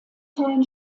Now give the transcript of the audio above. teilen